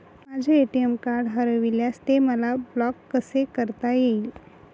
माझे ATM card हरविल्यास ते मला ब्लॉक कसे करता येईल?